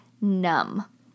numb